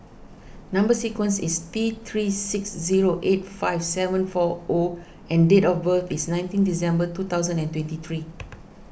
Number Sequence is T three six zero eight five seven four O and date of birth is nineteen December two thousand and twenty three